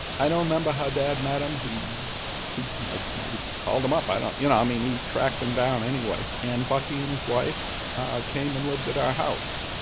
i don't remember how dad met him, he he maybe called him up, i don't, you know? i mean, he tracked him down. anyway, and bucky and his wife came and lived at our house.